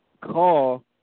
call